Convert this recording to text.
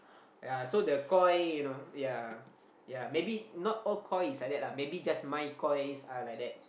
ya so the koi you know ya ya maybe not all koi is like that lah maybe just my Kois are like that